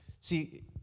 See